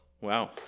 Wow